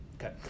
Okay